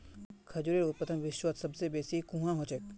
खजूरेर उत्पादन विश्वत सबस बेसी कुहाँ ह छेक